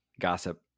gossip